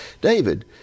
David